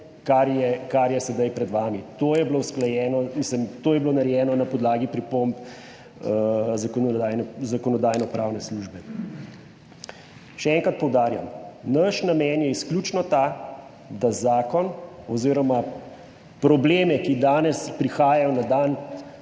bilo usklajeno, mislim, to je bilo narejeno na podlagi pripomb Zakonodajno-pravne službe. Še enkrat poudarjam, naš namen je izključno ta, da zakon, oz. probleme, ki danes prihajajo na dan,